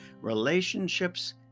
relationships